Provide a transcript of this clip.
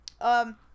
Um-